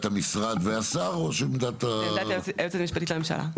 המשרד והשר או עמדת ה --- זו עמדת היועצת המשפטית לממשלה.